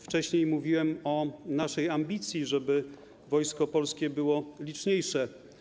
Wcześniej mówiłem o naszej ambicji, żeby Wojsko Polskie było liczniejsze.